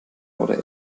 oder